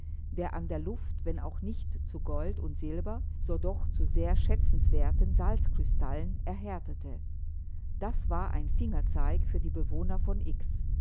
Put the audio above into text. der an der luft wenn auch nicht zu gold und silber so doch zu sehr schätzenswerten salzkrystallen erhärtete das war ein fingerzeig für die bewohner von x